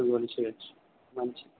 వచ్చేయచ్చు మంచిది